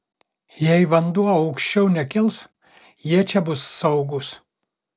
jei vanduo aukščiau nekils jie čia bus saugūs